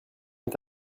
est